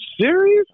serious